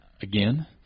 again